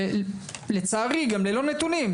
ולצערי גם ללא נתונים,